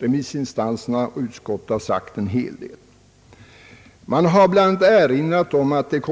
Remissinstanserna och utskottet har sagt en hel del. Man har bl.a. erinrat om att det